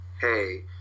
hey